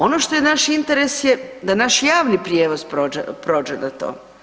Ono što je naš interes je da naš javni prijevoz prođe na to.